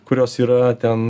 kurios yra ten